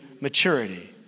maturity